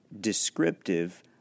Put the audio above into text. descriptive